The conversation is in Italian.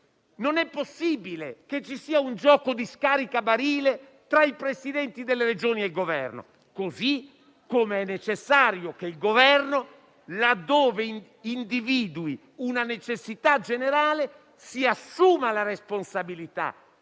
Non è possibile che ci sia un gioco di scaricabarile tra i Presidenti delle Regioni e il Governo, così come è necessario che il Governo; laddove individui una necessità generale, si assuma la responsabilità